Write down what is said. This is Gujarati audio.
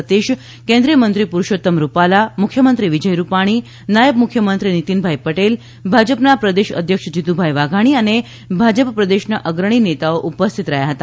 સતીષ કેન્દ્રિયમંત્રી પુરૂષોત્તમ રૂપાલા મુખ્યમંત્રી વિજય રૂપાણી નાયબ મુખ્યમંત્રી નિતીનભાઈ પટેલ ભાજપના પ્રદેશ અધ્યક્ષ જીતુ વાઘાણી અને ભાજપ પ્રદેશના અગ્રણીઓ ઉપસ્થિત રહ્યા હતા